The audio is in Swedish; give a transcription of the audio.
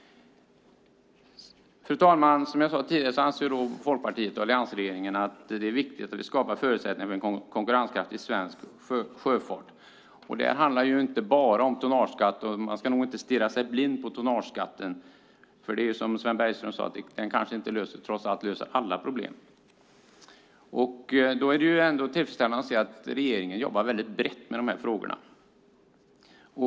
Fru talman! Som jag tidigare sagt anser Folkpartiet och alliansregeringen att det som tas upp här är viktigt och att det skapar förutsättningar för en konkurrenskraftig svensk sjöfart. Det handlar dock inte bara om tonnageskatt. Man ska nog inte stirra sig blind på den. Trots allt löser den kanske inte alla problem, som Sven Bergström sade. Det är tillfredsställande att se att regeringen jobbar väldigt brett med de här frågorna.